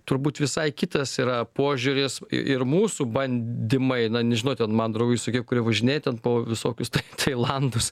turbūt visai kitas yra požiūris i ir mūsų bandymai na nežinau ten mano draugai visokie kurie važinėja ten po visokius tai tailandus